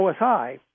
OSI